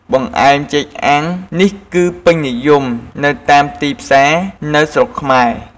បង្អែមចេកអាំងនេះគឹពេញនិយមនៅតាមទីផ្សារនៅស្រុកខ្មែរ។